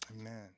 Amen